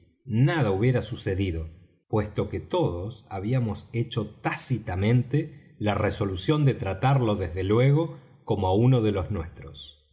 nada hubiera sucedido puesto que todos habíamos hecho tácitamente la resolución de tratarlo desde luego como á uno de los nuestros